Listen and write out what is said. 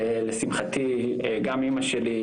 ולשמחתי גם אמא שלי,